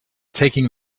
taking